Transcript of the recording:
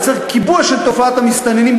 יוצר קיבוע של תופעת המסתננים,